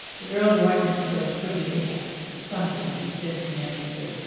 the girls weren't necessarily pretty, they had something that he just connected to.